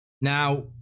Now